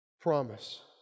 promise